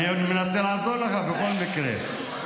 אני מנסה לעזור לך בכל מקרה.